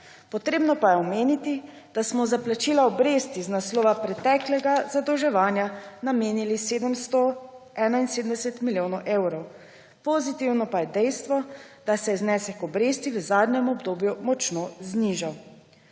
Potrebno pa je omeniti, da smo za plačila obresti iz naslova preteklega zadolževanja namenili 771 milijonov evrov. Pozitivno pa je dejstvo, da se je znesek obresti v zadnjem obdobju močno znižal.